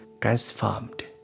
transformed